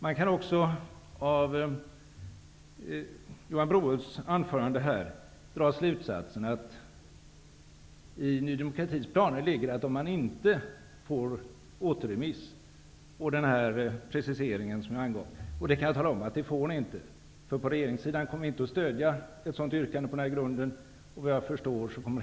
Man kan också av Johan Brohults anförande dra slutsatsen att det i Ny demokratis planer ligger, om man inte får återremiss och den precisering som angavs, att man tänker försäkra sig om att denna förhatliga person inte kan få uppdraget genom att gå samman med Socialdemokraterna i sak och avslå propositionen.